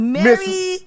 Mary